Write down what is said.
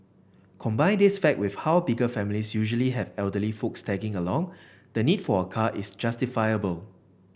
combine this fact with how bigger families usually have elderly folks tagging along the need for a car is justifiable